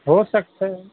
ہو سکتا ہے